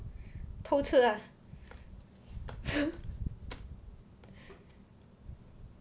偷吃 lah